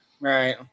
right